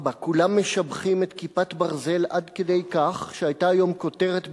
4. כולם משבחים את "כיפת ברזל" עד כדי כך שהיתה היום כותרת ב"הארץ":